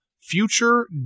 Future